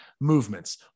movements